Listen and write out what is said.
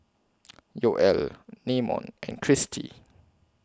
Yoel Namon and Christy